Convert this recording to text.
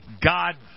God